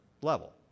level